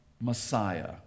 Messiah